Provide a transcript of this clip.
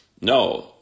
No